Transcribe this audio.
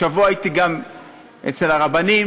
השבוע הייתי גם אצל הרבנים,